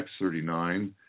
X39